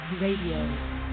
Radio